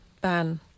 ban